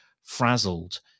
frazzled